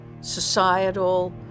societal